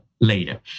later